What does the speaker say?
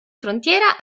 frontiera